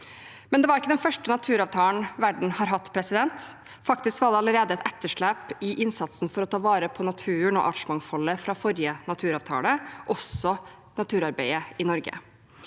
Men det var ikke den første naturavtalen verden har hatt – faktisk var det allerede et etterslep i innsatsen for å ta vare på naturen og artsmangfoldet fra forrige naturavtale, også i naturarbeidet i Norge.